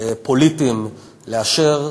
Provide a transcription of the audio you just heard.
פוליטיים לאשר.